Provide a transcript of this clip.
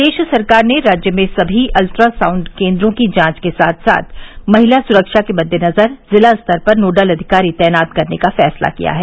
प्रदेश सरकार ने राज्य में समी अल्ट्रासाउंड केन्द्रों की जांच के साथ साथ महिला सुरक्षा के मददेनजर जिला स्तर पर नोडल अधिकारी तैनात करने का फैसला किया है